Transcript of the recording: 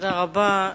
תודה רבה.